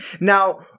Now